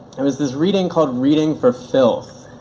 it was this reading called reading for filth